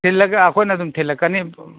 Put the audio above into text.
ꯊꯤꯜꯂꯒ ꯑꯩꯈꯣꯏꯅ ꯑꯗꯨꯝ ꯊꯤꯜꯂꯛꯀꯅꯤ